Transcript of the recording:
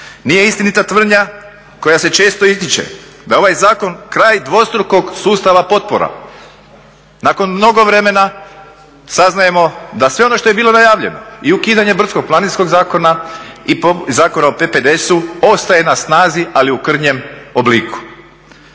Nije istinita tvrdnja koja se često ističe da je ovaj zakon kraj dvostrukog sustava potpora, nakon mnogo vremena saznajemo da sve ono što je bilo najavljeno i ukidanje Brdsko planinskog zakona i Zakona o PPDS-u ostaje na snazi, ali u krnjem obliku.